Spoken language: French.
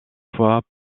fois